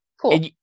cool